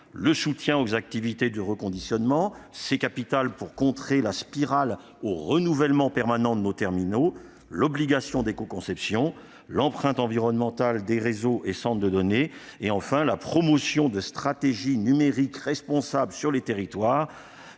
; soutien aux activités de reconditionnement, capital pour contrer la spirale du renouvellement permanent de nos terminaux ; obligation de l'écoconception ; empreinte environnementale des réseaux et centres de données ; et promotion de stratégies numériques responsables sur les territoires,